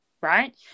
right